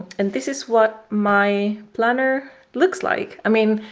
and this is what my planner looks like i mean,